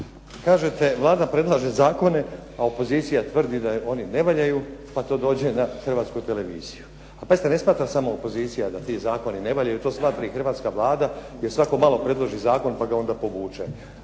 Kažete Vlada predlaže zakona a opozicija tvrdi da oni ne valjaju pa do dođe na Hrvatsku televiziju. Pazite, ne smatra samo opozicija da ti zakoni ne valjaju, to smatra i hrvatska Vlada jer svako malo predloži zakon pa ga onda povuče